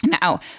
Now